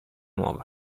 nuova